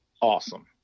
awesome